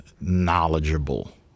knowledgeable